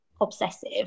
obsessive